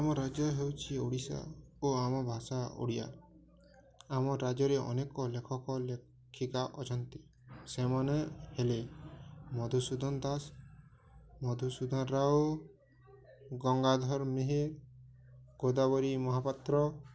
ଆମ ରାଜ୍ୟ ହେଉଛି ଓଡ଼ିଶା ଓ ଆମ ଭାଷା ଓଡ଼ିଆ ଆମ ରାଜ୍ୟରେ ଅନେକ ଲେଖକ ଲେଖିକା ଅଛନ୍ତି ସେମାନେ ହେଲେ ମଧୁସୂଦନ ଦାସ ମଧୁସୂଦନ ରାଓ ଗଙ୍ଗାଧର ମେହେର ଗୋଦାବରୀ ମହାପାତ୍ର